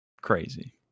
Crazy